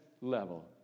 level